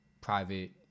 private